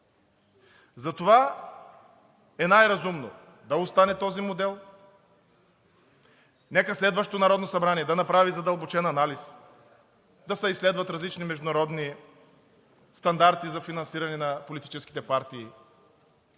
Затова е най-разумно да остане този модел, нека следващото Народно събрание да направи задълбочен анализ, да се изследват различни международни стандарти за финансиране на политическите партии